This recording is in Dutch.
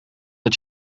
het